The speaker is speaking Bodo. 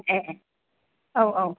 ए ए औ औ